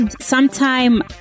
sometime